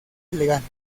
elegante